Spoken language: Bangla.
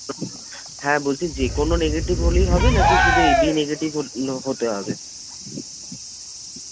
হ্যাঁ বলছি যে কোনো নেগেটিভ হলেই হবে নাকি শুধু এ বি নেগেটিভ ন হতে হবে